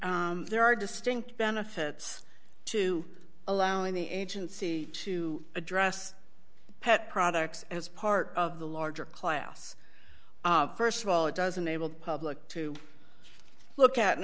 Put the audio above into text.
there are distinct benefits to allowing the agency to address pet products as part of the larger class st of all it doesn't able public to look at and